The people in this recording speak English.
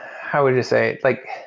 how would you say like